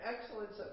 excellence